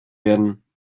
werden